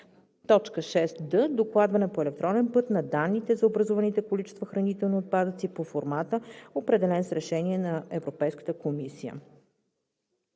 6д. докладване по електронен път на данните за образуваните количества хранителни отпадъци по формата, определен с решение Европейската комисия“